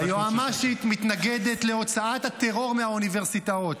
היועמ"שית מתנגדת להוצאת הטרור מהאוניברסיטאות.